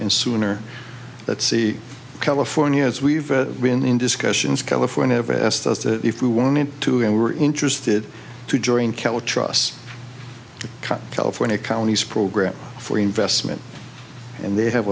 and sooner let's see california as we've been in discussions california have asked us if we wanted to and we were interested to join cal trusts california counties program for investment and they have